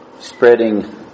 spreading